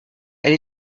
elle